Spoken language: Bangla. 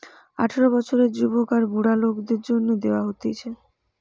আঠারো বছরের যুবক আর বুড়া লোকদের জন্যে দেওয়া হতিছে